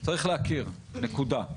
צריך להכיר, נקודה,